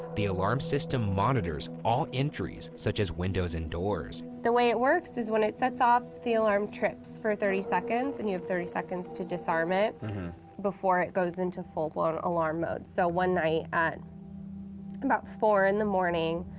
the alarm system monitors all entries, such as windows and doors. the way it works is, when it sets off, the alarm trips for thirty seconds and you have thirty seconds to disarm it before it goes into full-blown alarm mode. so, one night at about four zero in the morning,